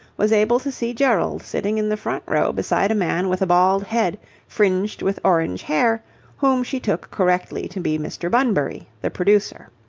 was able to see gerald sitting in the front row beside a man with a bald head fringed with orange hair whom she took correctly to be mr. bunbury, the producer.